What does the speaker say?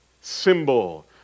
symbol